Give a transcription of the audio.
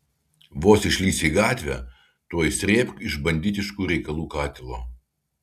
vos išlįsi į gatvę tuoj srėbk iš banditiškų reikalų katilo